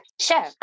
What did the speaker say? Sure